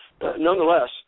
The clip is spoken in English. Nonetheless